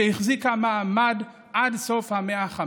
שהחזיקה מעמד עד סוף המאה ה-15.